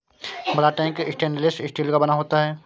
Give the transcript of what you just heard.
बड़ा tank stainless steel का बना होता है